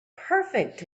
perfect